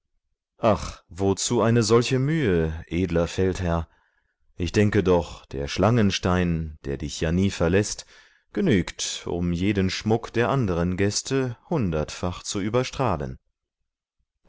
ach wozu eine solche mühe edler feldherr ich denke doch der schlangenstein der dich ja nie verläßt genügt um jeden schmuck der anderen gäste hundertfach zu überstrahlen